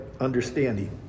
understanding